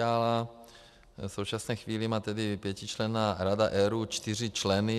V současné chvíli má tedy pětičlenná Rada ERÚ čtyři členy.